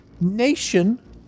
nation